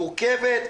מורכבת,